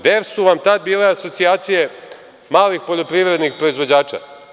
Gde su vam tada bile asocijacije malih poljoprivrednih proizvođača?